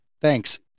thanks